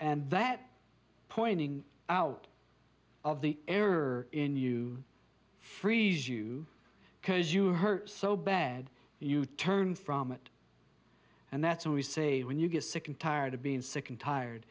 and that pointing out of the error in you frees you because you hurt so bad you turn from it and that's what we say when you get sick and tired of being sick and tired